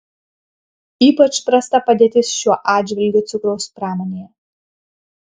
ypač prasta padėtis šiuo atžvilgiu cukraus pramonėje